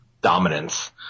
dominance